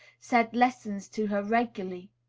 said lessons to her regularly,